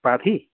पाथी